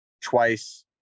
twice